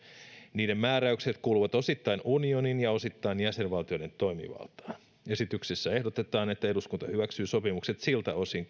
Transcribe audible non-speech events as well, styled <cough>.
niiden määräykset kuuluvat osittain unionin ja osittain jäsenvaltioiden toimivaltaan esityksessä ehdotetaan että eduskunta hyväksyy sopimukset siltä osin <unintelligible>